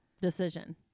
decision